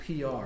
PR